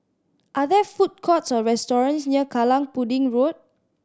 are there food courts or restaurants near Kallang Pudding Road